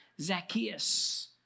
Zacchaeus